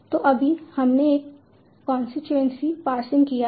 तो अभी हमने एक कांस्टीट्यूएंसी पार्सिंग किया है